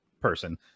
person